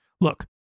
Look